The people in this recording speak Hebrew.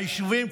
היישובים,